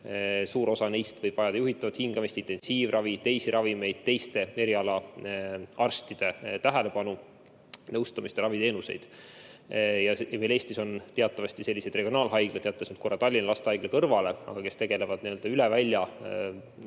Suur osa neist võib vajada juhitavat hingamist, intensiivravi, teisi ravimeid, teiste erialaarstide tähelepanu, nõustamist ja raviteenuseid. Meil Eestis on teatavasti selliseid regionaalhaiglaid – jätan Tallinna Lastehaigla praegu kõrvale –, kes tegelevad nii-öelda